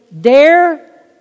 Dare